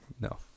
No